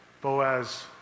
Boaz